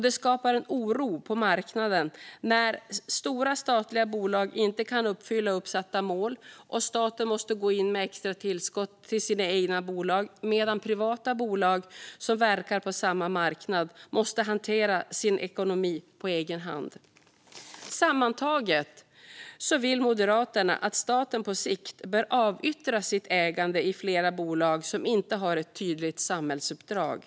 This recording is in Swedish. Det skapar en oro på marknaden när stora statliga bolag inte kan uppfylla uppsatta mål och staten måste gå in med extra tillskott till sina egna bolag medan privata bolag som verkar på samma marknad måste hantera sin ekonomi på egen hand. Moderaterna vill att staten på sikt avyttrar sitt ägande i flera bolag som inte har ett tydligt samhällsuppdrag.